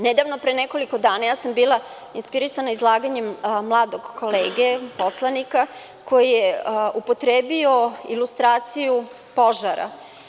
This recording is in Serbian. Nedavno, pre nekoliko dana, ja sam bila inspirisana izlaganjem mladog kolege poslanika koji je upotrebio ilustraciju „požara“